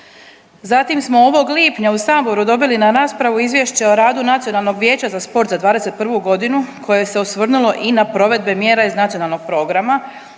Zatim smo ovog lipnja u saboru dobili na raspravu Izvješće o radu Nacionalnog vijeća za sport za '21.g. koje se osvrnulo i na provedbe mjere iz nacionalnog programa,